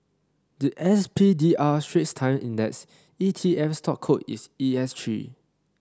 the S P D R Straits Times Index E T F stock code is E S three